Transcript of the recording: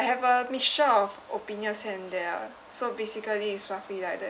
I have a mixture of opinions and they are so basically it's roughly like that